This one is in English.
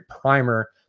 primer